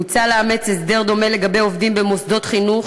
מוצע לאמץ הסדר דומה לגבי עובדים במוסדות חינוך